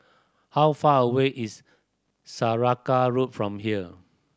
how far away is Saraca Road from here